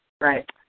Right